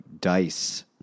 dice